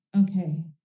okay